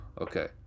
Okay